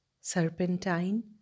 Serpentine